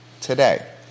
today